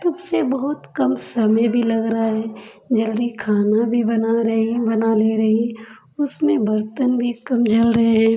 तब से बहुत कम समय भी लग रहा है जल्दी खाना भी बना रही हैं बना ले रही हैं उसमें बर्तन भी कम जल रहे हैं